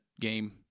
game